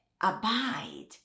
abide